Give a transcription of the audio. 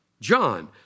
John